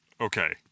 okay